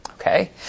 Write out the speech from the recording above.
Okay